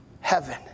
heaven